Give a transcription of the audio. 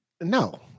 No